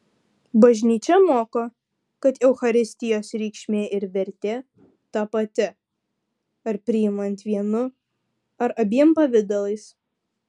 bažnyčia moko kad eucharistijos reikšmė ir vertė ta pati ar priimant vienu ar abiem pavidalais